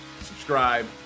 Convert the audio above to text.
Subscribe